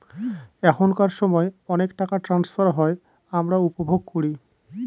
এখনকার সময় অনেক টাকা ট্রান্সফার হয় আমরা উপভোগ করি